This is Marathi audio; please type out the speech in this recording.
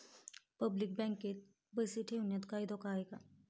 पब्लिक बँकेत पैसे ठेवण्यात काही धोका आहे का?